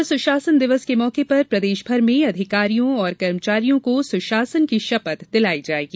कल सुशासन दिवस के मौके पर प्रदेशभर में अधिकारियों और कर्मचारियों को सुशासन की शपथ दिलाई जायेगी